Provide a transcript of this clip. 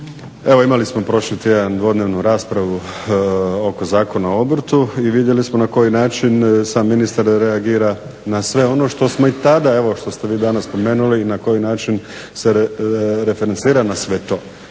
evo imali smo prošli tjedan dvodnevnu raspravu oko Zakonu o obrtu i vidjeli smo na koji način sam ministar reagira na sve ono što smo i tada, evo što ste vi danas spomenuli i na koji način se referencira na sve to.